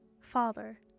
father